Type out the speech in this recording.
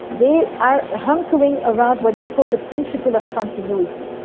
they are hunkering around what is called the principle of continuity,